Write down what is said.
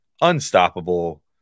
unstoppable